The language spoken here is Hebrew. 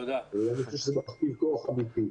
ואני חושב שזה מכפיל כוח אמיתי.